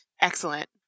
excellent